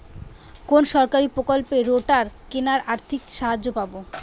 কোন সরকারী প্রকল্পে রোটার কেনার আর্থিক সাহায্য পাব?